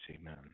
Amen